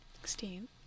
Sixteen